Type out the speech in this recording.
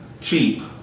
cheap